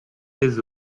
les